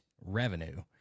revenue